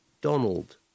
Donald